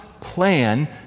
plan